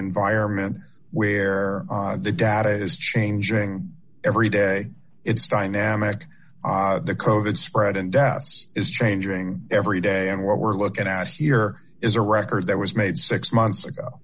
environment where the data is changing every day it's trying to make the code spread and deaths is changing every day and what we're looking at here is a record that was made six months ago